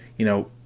you know,